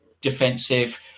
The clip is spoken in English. defensive